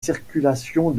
circulations